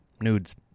nudes